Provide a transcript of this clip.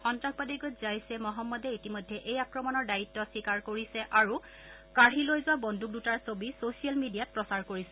সন্ত্ৰাসবাদী গোট জৈচ ই মহম্মদে ইতিমধ্যে এই আক্ৰমণৰ দায়িত্বে স্বীকাৰ কৰিছে আৰু কাঢ়ি লৈ যোৱা বন্দুক দুটাৰ ছবি চ'ছিয়েল মিডিয়াত প্ৰচাৰ কৰিছে